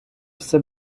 все